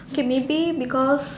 K maybe because